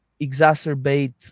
exacerbate